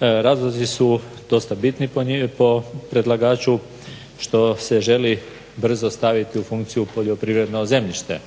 Razlozi su dosta bitni po predlagaču što se želi brzo staviti u funkciju poljoprivredno zemljište.